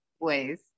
ways